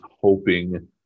hoping